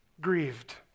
grieved